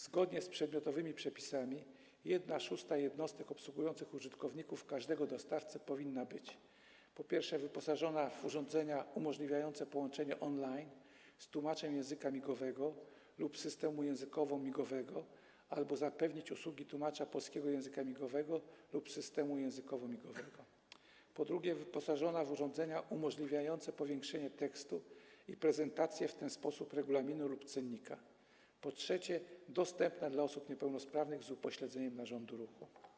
Zgodnie z przedmiotowymi przepisami 1/6 jednostek obsługujących użytkowników każdego dostawcy powinna być, po pierwsze, wyposażona w urządzenia umożliwiające połączenie on-line z tłumaczem języka migowego lub systemem językowo-migowym albo zapewniać usługi tłumacza polskiego języka migowego lub systemu językowo-migowego, po drugie, wyposażona w urządzenia umożliwiające powiększenie tekstu i prezentację w ten sposób regulaminu lub cennika, po trzecie, dostępna dla osób niepełnosprawnych z upośledzeniem narządu ruchu.